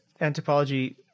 anthropology